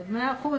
מה לעשות,